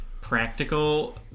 practical